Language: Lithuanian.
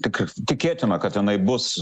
tik tikėtina kad jinai bus